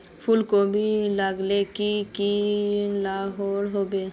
फूलकोबी लगाले की की लागोहो होबे?